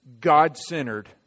God-centered